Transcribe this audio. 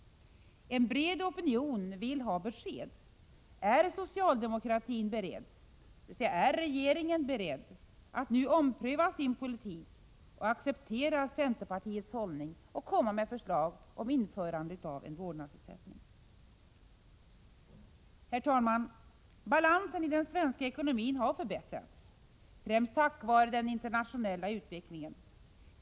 En bred opinion vill ha besked: Är socialdemokratin och regeringen beredda att nu ompröva sin politik, acceptera centerpartiets hållning och komma med förslag om införande av en vårdnadsersättning? Herr talman! Balansen i den svenska ekonomin har förbättrats — främst tack vare den internationella utvecklingen.